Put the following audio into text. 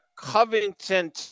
Covington